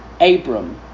Abram